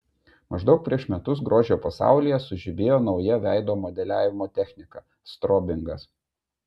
maždaug prieš metus grožio pasaulyje sužibėjo nauja veido modeliavimo technika strobingas